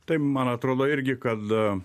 tai man atrodo irgi kad